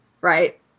right